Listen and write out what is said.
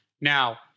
Now